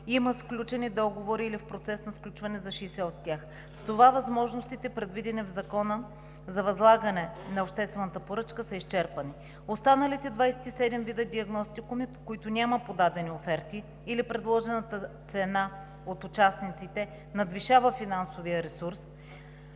има сключени договори или са в процес на сключване за 60 от тях. С това възможностите, предвидени в Закона за възлагане на обществената поръчка, са изчерпани. Останалите 27 вида диагностикуми, по които няма подадени оферти или предложената цена от участниците надвишава финансовия ресурс,